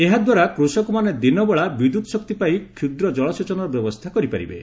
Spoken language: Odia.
ଏହା ଦ୍ୱାରା କୃଷକମାନେ ଦିନବେଳା ବିଦ୍ୟୁତ୍ଶକ୍ତି ପାଇ କ୍ଷୁଦ୍ର ଜଳସେଚନର ବ୍ୟବସ୍ଥା କରିପାରିବେ